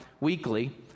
weekly